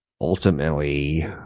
ultimately